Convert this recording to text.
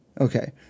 okay